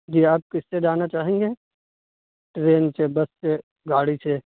جی آپ کس سے جانا چاہیں گے ٹرین سے بس سے گاڑی سے